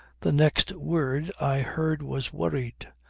the next word i heard was worried.